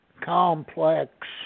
complex